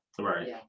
Right